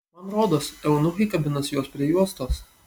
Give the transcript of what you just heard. man rodos eunuchai kabinasi juos prie juostos